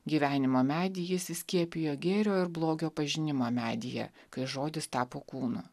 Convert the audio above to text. gyvenimo medį jis įskiepijo gėrio ir blogio pažinimo medyje kai žodis tapo kūnu